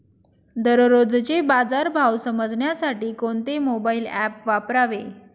दररोजचे बाजार भाव समजण्यासाठी कोणते मोबाईल ॲप वापरावे?